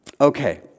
Okay